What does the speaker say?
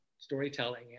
Storytelling